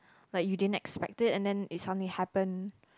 like you didn't expect it and then if something happen